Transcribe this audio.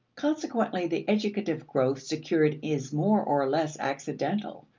consequently the educative growth secured is more or less accidental.